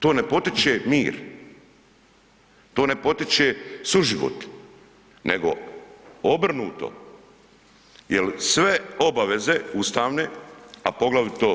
To ne potiče mir, to ne potiče suživot nego obrnuto jer sve obaveze ustavne a poglavito